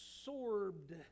absorbed